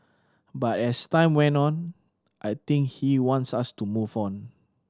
but as time went on I think he wants us to move on